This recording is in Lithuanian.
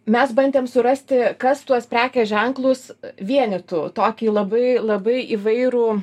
mes bandėm surasti kas tuos prekės ženklus vienytų tokį labai labai įvairų